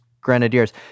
Grenadiers